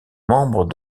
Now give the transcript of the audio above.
membre